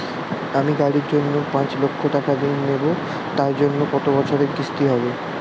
আমি গাড়ির জন্য পাঁচ লক্ষ টাকা ঋণ নেবো তার জন্য কতো বছরের কিস্তি হবে?